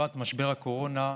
בתקופת משבר הקורונה,